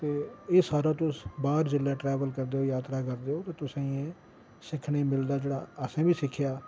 ते एह् सारा तुस बाह्र जेल्लै ट्रैवल करदे ओ जात्तरा करदे ओ ते तुसेंगी सिक्खने गी मिलदा जेह्ड़ा असें बी सिक्खेआ